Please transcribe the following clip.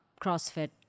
CrossFit